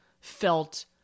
felt